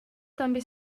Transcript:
també